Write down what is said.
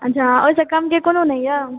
अच्छा ओहि सऽ कमके कोनो नहि यऽ